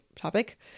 topic